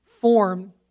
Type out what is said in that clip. form